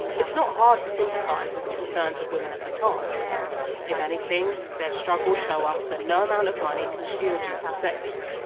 it's not hard to sympathise with the concerns of women at the top if anything, their struggles show us that no amount of money can shield you from sexism.